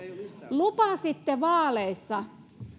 lupasitte vaaleissa